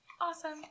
Awesome